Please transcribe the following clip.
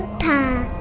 time